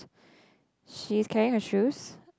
she's carrying her shoes